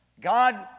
God